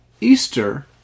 Easter